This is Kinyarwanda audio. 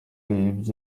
ibyo